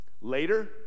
Later